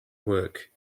work